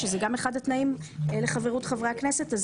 שזה גם אחד התנאים לחברות חברי הכנסת,